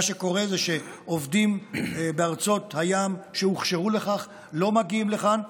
מה שקורה הוא שעובדים בארצות הים שהוכשרו לכך לא מגיעים לכאן,